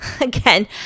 again